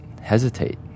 hesitate